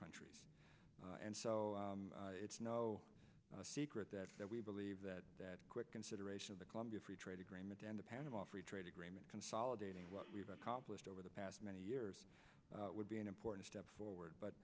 countries and so it's no secret that we believe that that quick consideration of the colombia free trade agreement and the panama free trade agreement consolidating what we've accomplished over the past many years would be an important step forward but